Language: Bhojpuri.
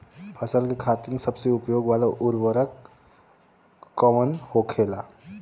फसल के खातिन सबसे उपयोग वाला उर्वरक कवन होखेला?